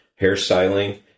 hairstyling